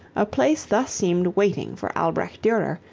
a place thus seemed waiting for albrecht durer,